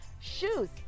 Shoes